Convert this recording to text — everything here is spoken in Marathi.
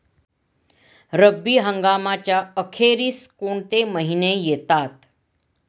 रब्बी हंगामाच्या अखेरीस कोणते महिने येतात?